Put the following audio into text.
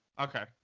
Okay